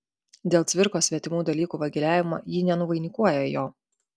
dėl cvirkos svetimų dalykų vagiliavimo ji nenuvainikuoja jo